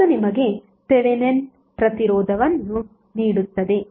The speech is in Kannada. ಅದು ನಿಮಗೆ ಥೆವೆನಿನ್ ಪ್ರತಿರೋಧವನ್ನು ನೀಡುತ್ತದೆ